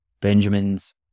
Benjamin's